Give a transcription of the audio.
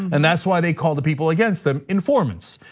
and that's why they call the people against him informants.